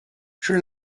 sri